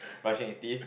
brushing his teeth